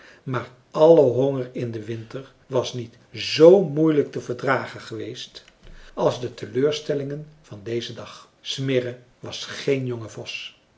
maar alle honger in den winter was niet z moeilijk te verdragen geweest als de teleurstellingen van dezen dag smirre was geen jonge vos